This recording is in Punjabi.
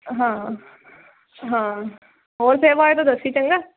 ਹਾਂ ਹਾਂ ਹੋਰ ਸੇਵਾ ਹੋਵੇ ਤਾਂ ਦੱਸੀ ਚੰਗਾ